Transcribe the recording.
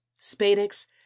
spadix